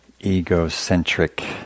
egocentric